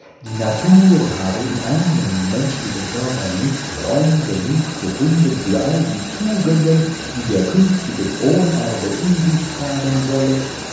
die natur habe in einem menschlichen körper nicht raum genug gefunden für all die tugenden die der künftige thronerbe in sich tragen solle